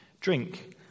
drink